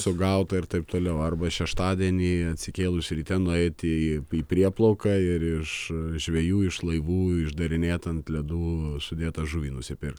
sugauta ir taip toliau arba šeštadienį atsikėlus ryte nueiti į į prieplauką ir iš žvejų iš laivų išdarinėt ant ledų sudėtą žuvį nusipirkt